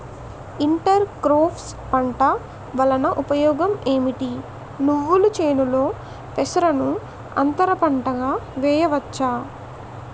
Inter crops పంట వలన ఉపయోగం ఏమిటి? నువ్వుల చేనులో పెసరను అంతర పంటగా వేయవచ్చా?